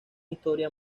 historia